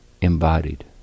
embodied